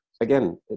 again